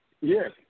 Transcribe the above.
Yes